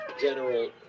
general